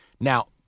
now